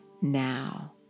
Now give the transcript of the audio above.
now